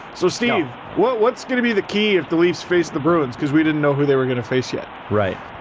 so steve. what what's gonna be the key if the leafs face the bruins because we didn't know who they were gonna face yet. right,